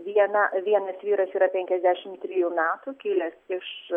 viena vienas vyras yra penkiasdešimt trijų metų kilęs iš